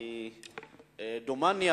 דומני,